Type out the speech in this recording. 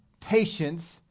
patience